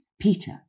Peter